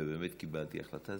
ובאמת קיבלתי החלטה.